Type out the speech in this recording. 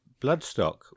bloodstock